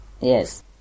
Yes